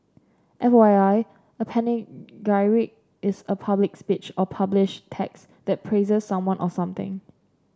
F Y I a panegyric is a public speech or publish text that praises someone or something